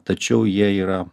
tačiau jie yra